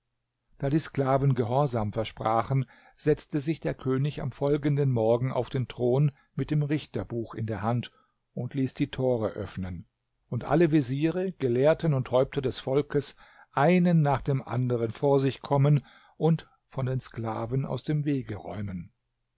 da die sklaven gehorsam versprachen setzte sich der könig am folgenden morgen auf den thron mit dem richterbuch in der hand und ließ die tore öffnen und alle veziere gelehrten und häupter des volkes einen nach dem anderen vor sich kommen und von den sklaven aus dem wege räumen